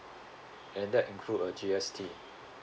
and that include uh G_S_T